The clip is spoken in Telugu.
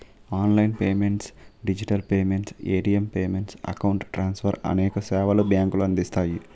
online payments digital payments, ATM payments, account transfer అనేక సేవలు బ్యాంకులు అందిస్తాయి